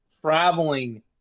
traveling